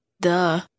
Duh